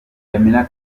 yamina